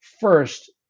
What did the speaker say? first